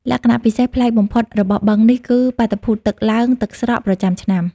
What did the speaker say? លក្ខណៈពិសេសប្លែកបំផុតរបស់បឹងនេះគឺ បាតុភូតទឹកឡើងទឹកស្រក ប្រចាំឆ្នាំ។